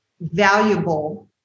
valuable